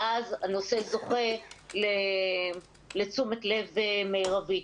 ואז הנושא זוכה לתשומת לב מרבית,